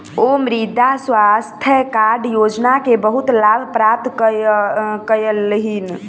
ओ मृदा स्वास्थ्य कार्ड योजना के बहुत लाभ प्राप्त कयलह्नि